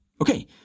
Okay